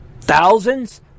thousands